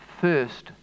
first